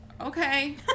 okay